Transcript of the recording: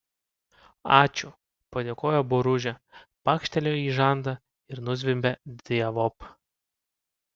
ačiū padėkojo boružė pakštelėjo į žandą ir nuzvimbė dievop